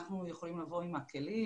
אנחנו יכולים לבוא עם הכלים,